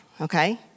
okay